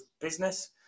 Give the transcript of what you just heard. business